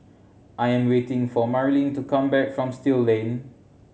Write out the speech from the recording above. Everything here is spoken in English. I am waiting for Marlene to come back from Still Lane